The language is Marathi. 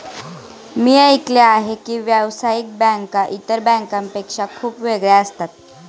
मी ऐकले आहे की व्यावसायिक बँका इतर बँकांपेक्षा खूप वेगळ्या असतात